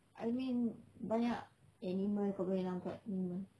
I mean banyak animal kau boleh nampak animal